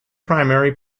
primary